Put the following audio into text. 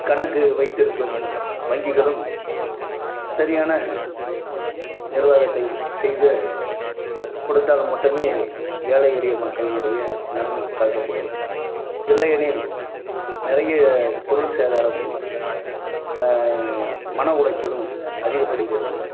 கணக்கு வைத்திருக்கும் வங்கிகளும் சரியான நிர்வாகத்தை செய்து கொடுத்தால் மட்டுமே ஏழை எளிய மக்களினுடைய நலன் காக்கப்படும் இல்லையெனில் நிறைய பொருள் சேதாரமும் மனஉளைச்சலும் அதிகப்படுகிறது